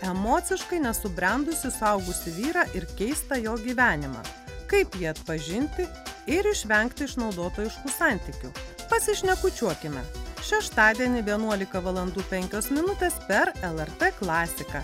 emociškai nesubrendusį suaugusį vyrą ir keistą jo gyvenimą kaip jį atpažinti ir išvengti išnaudotojiškų santykių pasišnekučiuokime šeštadienį vienuolika valandų penkios minutės per lrt klasiką